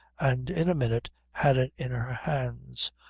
and in a minute had it in her hands.